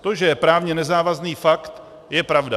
To, že je právně nezávazný pakt, je pravda.